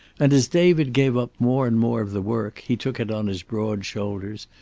and, as david gave up more and more of the work, he took it on his broad shoulders,